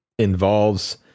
involves